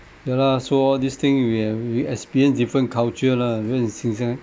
ya lah so all this thing we have we experienced different culture lah because it's